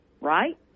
right